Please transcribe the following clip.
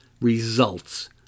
results